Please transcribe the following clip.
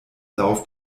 lauf